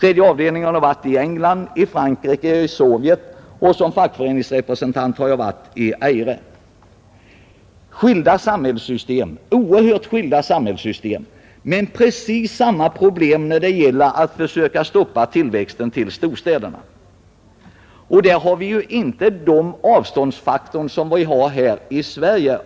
Tredje avdelningen har varit i England, i Frankrike, i Sovjet, och som fackföreningsrepresentant har jag varit i Eire. Dessa oerhört skilda samhällssystem har alla haft precis samma problem när det gällt att försöka stoppa tillväxten av storstäderna. I t.ex. Eire har man ju inte sådana avstånd att räkna med som vi har här i Sverige.